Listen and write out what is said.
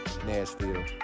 nashville